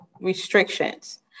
restrictions